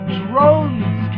drones